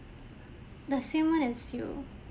the same one as you